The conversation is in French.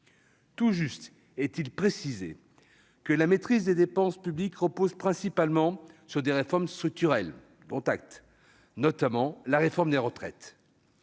Tout juste est-il précisé que « la maîtrise des dépenses publiques repose principalement sur des réformes structurelles, la réforme des retraites